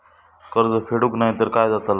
कर्ज फेडूक नाय तर काय जाताला?